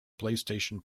playstation